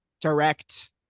direct